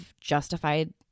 justified